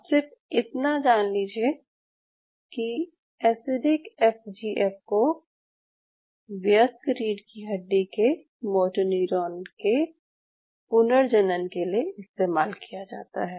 आप सिर्फ इतना जान लीजिये कि एसिडिक एफ जी एफ को व्यस्क रीढ़ की हड्डी के मोटोन्यूरोन के पुनर्जनन के लिए इस्तेमाल किया जाता है